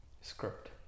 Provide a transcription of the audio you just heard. script